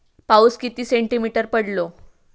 पाऊस किती सेंटीमीटर पडलो?